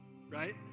right